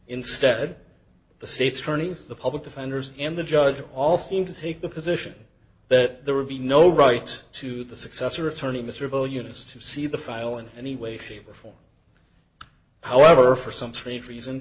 instead the state's attorneys the public defenders and the judge all seem to take the position that there would be no right to the successor attorney mr bo eunice to see the file in any way shape or form however for some strange reason